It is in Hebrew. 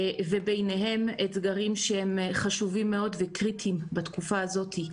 וביניהם אתגרים שהם חשובים מאוד וקריטיים בתקופה הזאת.